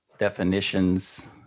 definitions